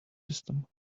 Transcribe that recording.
system